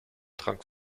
trank